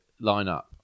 lineup